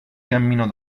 cammino